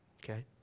okay